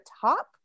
top